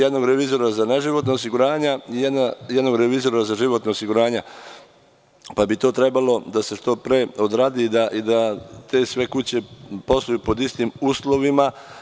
Jednog revizora za neživotna osiguranja, a jednog za životna osiguranja, pa bi to trebalo da se što pre odradi i da sve te kuće posluju pod istim uslovima.